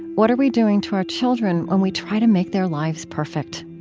what are we doing to our children when we try to make their lives perfect?